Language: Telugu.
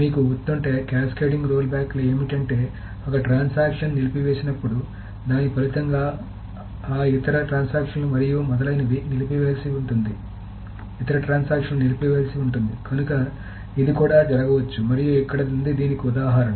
మీకు గుర్తుంటే క్యాస్కేడింగ్ రోల్బ్యాక్లు ఏమిటంటే ఒక ట్రాన్సాక్షన్ నిలిపివేసినప్పుడు దాని ఫలితంగా ఆ ఇతర ట్రాన్సాక్షన్ లు మరియు మొదలైనవి నిలిపివేయవలసి ఉంటుంది ఇతర ట్రాన్సాక్షన్ లు నిలిపివేయవలసి ఉంటుంది కనుక ఇది కూడా జరగవచ్చు మరియు ఇక్కడ ఉంది దీనికి ఉదాహరణ